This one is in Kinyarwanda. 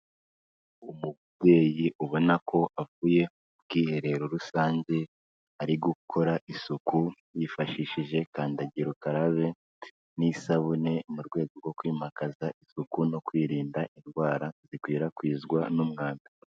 Umubyeyi ubona ko avuye mu bwiherero rusange ari gukora isuku yifashishije kandagira ukarabe n'isabune, mu rwego rwo kwimakaza isuku no kwirinda indwara zikwirakwizwa n'umwanda.